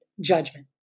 judgment